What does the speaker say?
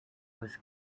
was